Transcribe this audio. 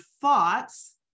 thoughts